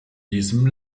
diesem